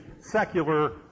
secular